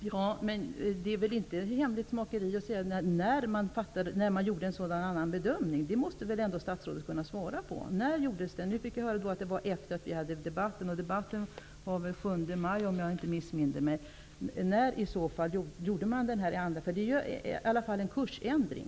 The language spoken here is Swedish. Fru talman! Tidpunkten för den ändrade bedömningen kan väl inte vara hemlig. Den frågan måste väl statsrådet kunna besvara. Jag fick nu höra att bedömningen ändrades efter den debatt som jag tror ägde rum den 7 maj, om jag inte missminner mig. Jag vill veta när den ändrade bedömningen gjordes, eftersom det i alla fall är fråga om en kursändring.